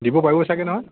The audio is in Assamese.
দিব পাৰিব চাগৈ নহয়